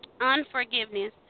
unforgiveness